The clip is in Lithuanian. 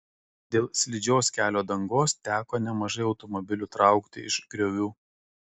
dėl slidžios kelio dangos teko nemažai automobilių traukti iš griovių